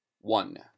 One